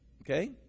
Okay